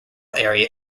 area